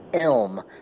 elm